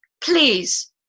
please